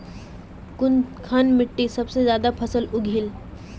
कुनखान मिट्टी सबसे ज्यादा फसल उगहिल?